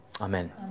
Amen